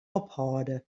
ophâlde